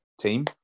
team